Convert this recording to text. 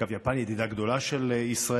אגב, יפן, ידידה גדולה של ישראל,